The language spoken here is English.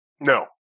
No